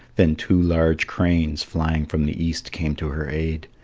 then two large cranes, flying from the east, came to her aid,